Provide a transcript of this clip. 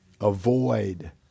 Avoid